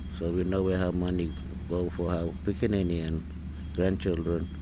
so we know where our money goes for our piccaninny and grandchildren.